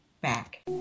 back